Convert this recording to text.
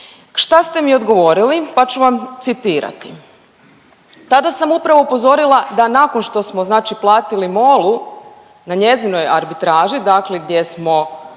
Šta ste mi odgovorili, pa ću vam citirati. Tada sam upravo upozorila da nakon što smo znači platili MOL-u na njezinoj arbitraži dakle gdje smo